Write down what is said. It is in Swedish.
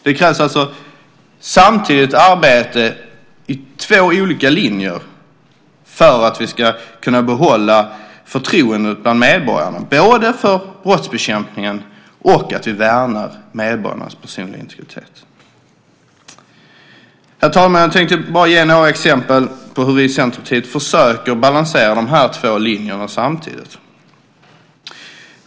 Det krävs alltså samtidigt arbete i två olika linjer för att vi ska kunna behålla förtroendet bland medborgarna, både för brottsbekämpningen och för att vi värnar medborgarnas personliga integritet. Herr talman! Jag tänkte ge några exempel på hur vi i Centerpartiet försöker balansera de två linjerna samtidigt.